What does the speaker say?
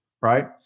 right